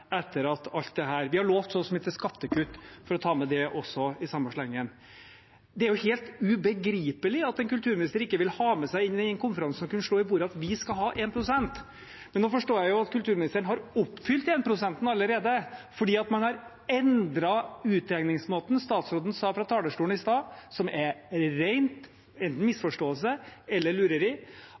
etter alt dette. Vi har lovt så og så mye til skattekutt – for å ta med det i samme slengen. Det er helt ubegripelig at en kulturminister ikke vil ha med seg inn i den konferansen at vi skal ha 1 pst. og kunne slå i bordet med det. Men nå forstår jeg at kulturministeren har oppfylt 1-prosenten allerede, fordi man har endret utregningsmåten. Statsråden sa fra talerstolen i stad noe som er en ren misforståelse eller lureri, at man regner alle departementenes kulturinnsats inn i